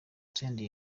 senderi